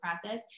process